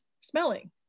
smelling